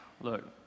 look